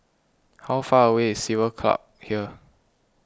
how far away is Civil Service Club from here